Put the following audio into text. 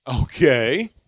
okay